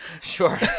Sure